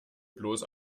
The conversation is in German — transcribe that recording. bloß